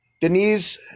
Denise